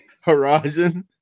horizon